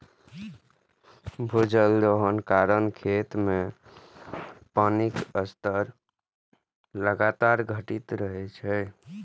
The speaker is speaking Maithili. भूजल दोहन के कारण खेत मे पानिक स्तर लगातार घटि रहल छै